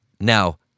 Now